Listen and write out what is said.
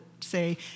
say